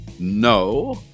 no